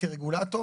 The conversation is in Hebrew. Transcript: כרגולטור